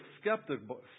skeptical